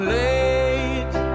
late